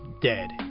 dead